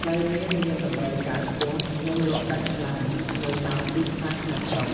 ផ្លែមៀនមានតម្រូវការខ្ពស់ និងលក់ដាច់ខ្លាំងនៅតាមទីផ្សារក្នុងស្រុក។